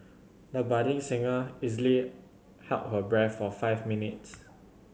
the budding singer easily held her breath for five minutes